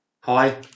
hi